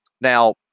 Now